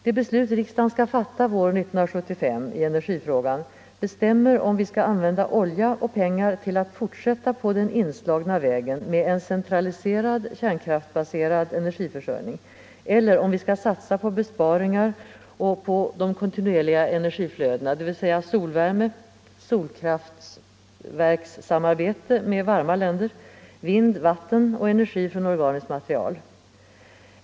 Det beslut riksdagen skall fatta våren 1975 i energifrågan bestämmer om vi skall använda olja och pengar till att fortsätta på den inslagna vägen med en centraliserad, kärnkraftsbaserad energiförsörjning eller om vi skall satsa på besparingar och på de kontinuerliga energiflödena, dvs. solvärme, solkraftverkssamarbete med varma länder, vind, vatten och energi från organiskt material.